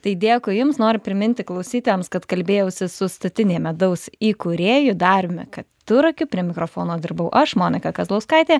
tai dėkui jums noriu priminti klausytojams kad kalbėjausi su statinė medaus įkūrėju dariumi keturakiu prie mikrofono dirbau aš monika kazlauskaitė